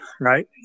right